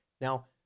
Now